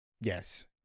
yes